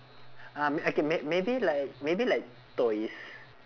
um okay may~ maybe like maybe like toys